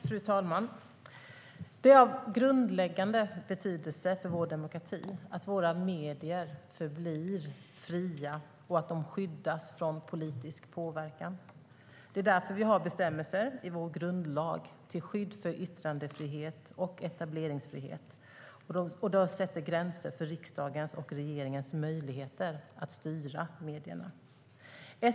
Fru talman! Det är av grundläggande betydelse för vår demokrati att våra medier förblir fria och skyddas från politisk påverkan. Det är därför som vi har bestämmelser i vår grundlag till skydd för yttrandefrihet och etableringsfrihet som sätter gränser för riksdagens och regeringens möjligheter att styra medierna.